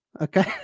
Okay